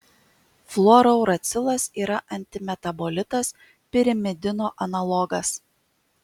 fluorouracilas yra antimetabolitas pirimidino analogas